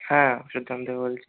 হ্যাঁ সুকান্তই বলছি